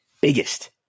biggest